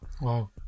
Wow